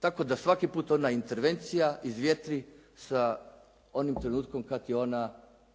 tako da svaki put ona intervencija izvjetri sa onim trenutkom kad je ona realizirana.